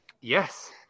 Yes